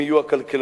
הם יהיו הכלכלנים,